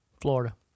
Florida